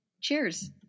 cheers